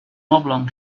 oblong